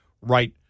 right